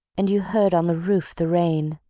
and you heard on the roof the rain,